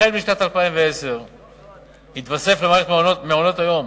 החל משנת 2010 יתווסף למערכת מעונות-היום